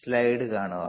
slide കാണുക